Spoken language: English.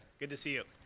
good to see you.